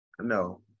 No